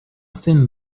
thin